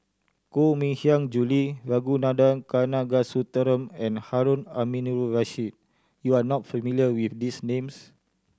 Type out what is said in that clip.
Koh Mui Hiang Julie Ragunathar Kanagasuntheram and Harun Aminurrashid you are not familiar with these names